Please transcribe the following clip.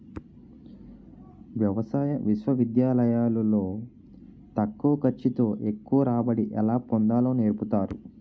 వ్యవసాయ విశ్వవిద్యాలయాలు లో తక్కువ ఖర్చు తో ఎక్కువ రాబడి ఎలా పొందాలో నేర్పుతారు